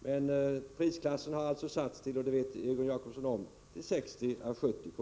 Men prisklassen har — det vet Egon Jacobsson om — satts till 60 å 70 kr.